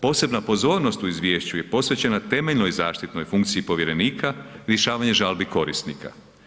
Posebna pozornost u izvješću je posvećena temeljnoj zaštitnoj funkciji povjerenika, rješavanje žalbi korisnika.